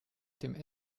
dem